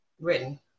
written